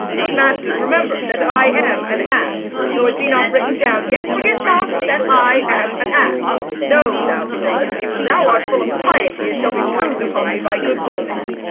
but, masters, remember that i am an ass though it be not written down, yet forget not that i am an ass. no, thou villain, thou art full of piety, as shall be proved upon thee by good witness.